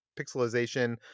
pixelization